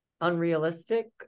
unrealistic